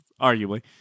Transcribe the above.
arguably